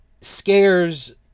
scares